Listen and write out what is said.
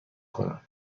کنم